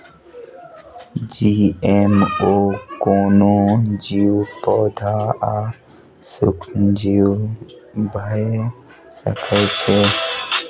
GMO कोनो जीव, पौधा आ सूक्ष्मजीव भए सकै छै